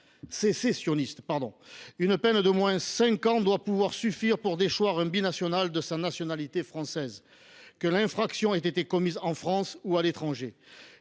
années d’emprisonnement doit pouvoir suffire pour déchoir un binational de sa nationalité française, que l’infraction ait été commise en France ou à l’étranger.